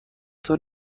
طور